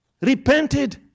repented